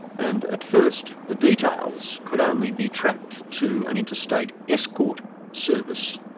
and at first the details could only be tracked to an interstate escort service,